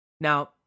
Now